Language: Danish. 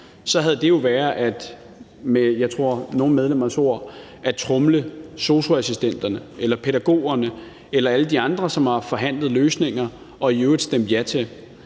om, havde det jo været, jeg tror, med nogle medlemmers ord at tromle sosu-assistenterne, pædagogerne eller alle de andre, som har forhandlet løsninger og i øvrigt stemt ja til